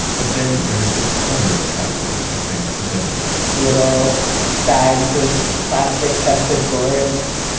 but then there's this other category of things for sale little bags of plastic festive gourds,